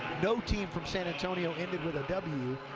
no team from san antonio ended with a w,